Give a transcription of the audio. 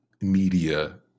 media